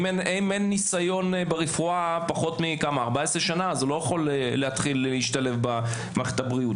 אם אין ניסיון ברפואה פחות מ-14 שנה הוא לא יכול להשתלב במערכת הבחירות.